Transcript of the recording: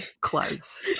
clothes